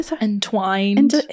Entwined